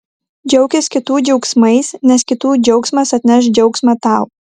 džiaukis kitų džiaugsmais nes kitų džiaugsmas atneš džiaugsmą tau